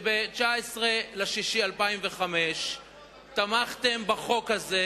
שב-19 ביוני 2005 תמכתם בחוק הזה,